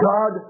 God